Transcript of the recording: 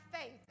faith